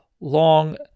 long